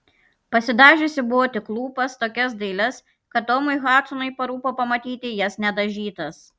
pasidažiusi buvo tik lūpas tokias dailias kad tomui hadsonui parūpo pamatyti jas nedažytas